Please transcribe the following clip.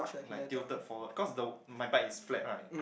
like tilted forward cause the my bike is flat right